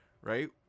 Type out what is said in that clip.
right